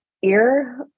ear